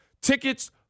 tickets